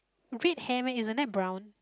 red hair meh isn't that brown